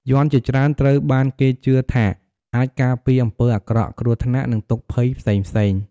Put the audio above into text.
យ័ន្តជាច្រើនត្រូវបានគេជឿថាអាចការពារពីអំពើអាក្រក់ គ្រោះថ្នាក់ និងទុក្ខភ័យផ្សេងៗ។